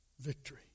victory